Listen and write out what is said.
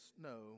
no